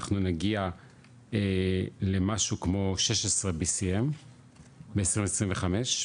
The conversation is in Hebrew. אנחנו נגיע למשהו כמו 16 BCM ב- 2025,